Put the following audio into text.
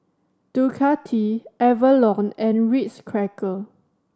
Ducati Avalon and Ritz Cracker